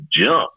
jump